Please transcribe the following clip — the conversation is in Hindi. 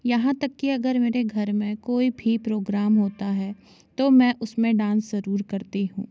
यहाँ तक कि अगर मेरे घर में कोई भी प्रोग्राम होता है तो मैं उसमें डांस ज़रूर करती हूँ